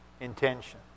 intention